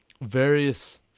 various